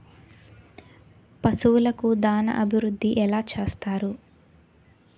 పశువులకు దాన అభివృద్ధి ఎలా చేస్తారు?